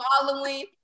following